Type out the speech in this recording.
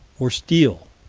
or steel.